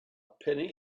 penny